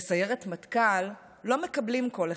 לסיירת מטכ"ל לא מקבלים כל אחד,